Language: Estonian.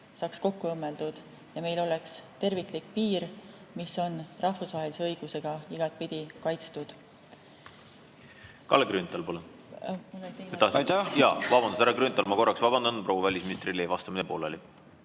saaks kokku õmmeldud ja meil oleks terviklik piir, mis on rahvusvahelise õigusega igatpidi kaitstud. Kalle Grünthal, palun! Jaa. Vabandust, härra Grünthal! Ma korraks vabandan, proua välisministril jäi vastamine pooleli.